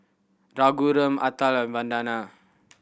Raghuram Atal and Vandana